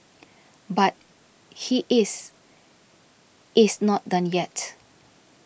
but he is is not done yet